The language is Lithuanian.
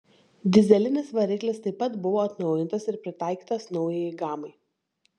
dyzelinis variklis taip pat buvo atnaujintas ir pritaikytas naujajai gamai